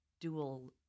dual